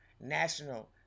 national